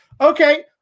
Okay